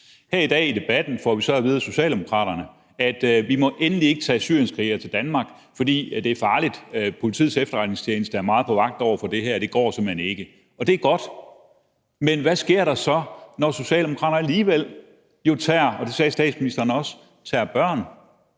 Her i dag i debatten får vi så at vide af Socialdemokraterne, at vi endelig ikke må tage syrienskrigere til Danmark, fordi det er farligt, og at Politiets Efterretningstjeneste er meget på vagt over for det her, og at det simpelt hen ikke går. Det er godt, men hvad sker der så, når Socialdemokraterne alligevel tager børn – og det sagde statsministeren også – og